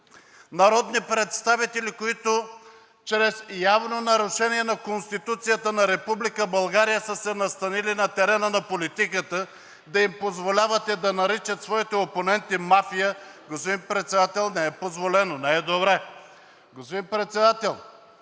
народни представители, които чрез явно нарушение на Конституцията на Република България са се настанили на терена на политиката, да им позволявате да наричат своите опоненти мафия, господин Председател, не е позволено, не е добре.